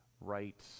right